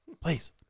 please